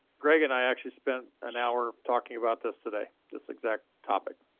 greg and i actually spent an hour talking about this today. this exact topic.